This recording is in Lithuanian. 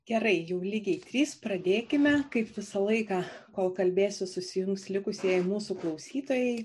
gerai jau lygiai trys pradėkime kaip visą laiką kol kalbėsiu susijungs likusieji mūsų klausytojai